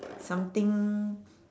something